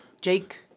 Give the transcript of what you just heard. Jake